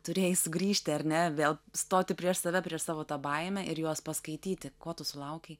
turėjai sugrįžti ar ne vėl stoti prieš save prieš savo tą baimę ir juos paskaityti ko tu sulaukei